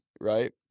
right